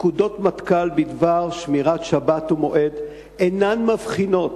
פקודות מטכ"ל בדבר שמירת שבת ומועד אינן מבחינות,